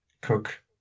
cook